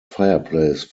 fireplace